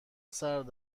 سرد